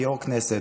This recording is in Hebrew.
כיו"ר כנסת,